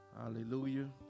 Hallelujah